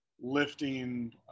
lifting